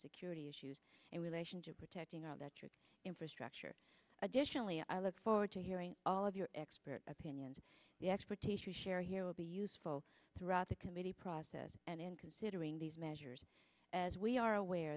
security issues and relationship protecting our veteran infrastructure additionally i look forward to hearing all of your expert opinions the expertise you share here will be useful throughout the committee process and in considering these measures as we are aware